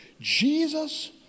Jesus